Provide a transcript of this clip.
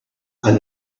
and